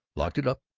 locked it up,